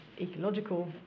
ecological